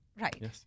Right